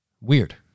Weird